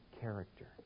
character